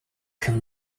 can